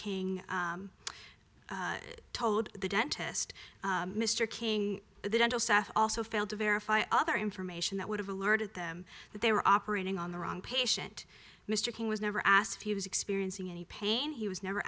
king told the dentist mr king the dental staff also failed to verify other information that would have alerted them that they were operating on the wrong patient mr king was never asked if he was experiencing any pain he was never